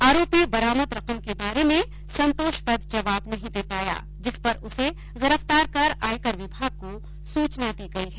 आरोपी बरामद रकम के बारे में संतोषप्रद जवाब नहीं दे पाया जिस पर उसे गिरफ्तार कर आयकर विभाग को सूचना दी गई है